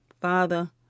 Father